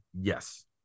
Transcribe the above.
Yes